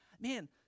man